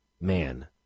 man